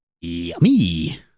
Yummy